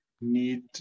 need